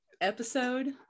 Episode